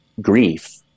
grief